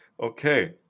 Okay